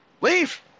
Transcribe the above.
Leave